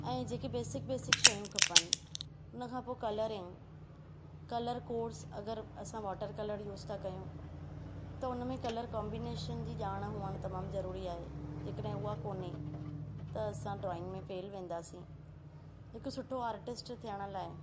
ऐं जेके basic basic शयूं खपनि उनखां पोइ कलरिंग कलर कोर्स अगरि असां वॉटर कलर यूज़ था कयूं त हुन में कलर कॉम्बिनेशन जी ॼाण हुअणु तमामु ज़रूरी आहे जे कॾहें उहा कोन्हे त असां ड्रॉइंग में फेल वेंदासीं हिकु सुठो आर्टिस्ट थियण लाइ